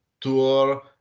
Tour